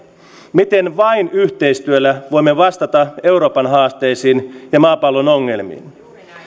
miten vain yhteistyöllä voimme vastata euroopan haasteisiin ja maapallon ongelmiin